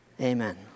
amen